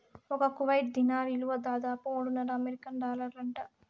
ఒక్క కువైట్ దీనార్ ఇలువ దాదాపు మూడున్నర అమెరికన్ డాలర్లంట